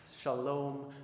shalom